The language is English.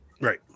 Right